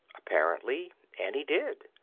apparently annie did.